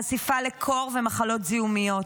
חשיפה לקור ומחלות זיהומיות.